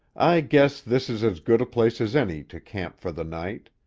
i guess this is as good a place as any to camp for the night,